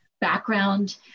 background